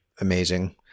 amazing